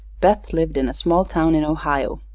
beth lived in a small town in ohio,